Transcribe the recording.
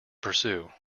pursue